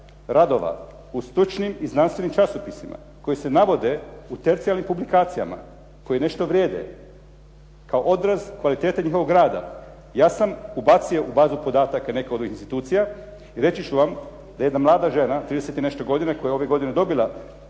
radova u stručnim i znanstvenim časopisima koji se navode u tercijalnim publikacijama, koji nešto vrijede, kao odraz kvalitete njihovog rada. Ja sam ubacio u bazu podataka, neke od ovih institucija i reći ću vam da jedna mlada žena 30 i nešto godina koja je ove godine dobila